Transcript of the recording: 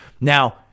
Now